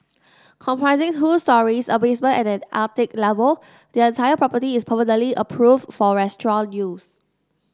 comprising two storeys a basement and an attic level the entire property is permanently approved for restaurant use